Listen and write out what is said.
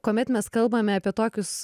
kuomet mes kalbame apie tokius